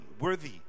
worthy